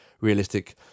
realistic